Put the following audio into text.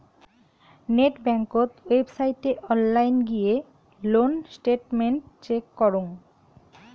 net বেংকত ওয়েবসাইটে online গিয়ে লোন স্টেটমেন্ট চেক করং